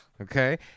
okay